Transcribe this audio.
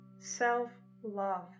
Self-love